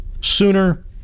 sooner